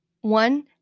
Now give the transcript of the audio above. One